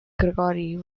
gregory